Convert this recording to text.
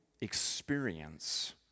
experience